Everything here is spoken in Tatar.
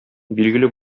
билгеле